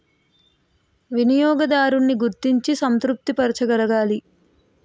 వినియోగదారున్ని గుర్తించి సంతృప్తి పరచగలగాలి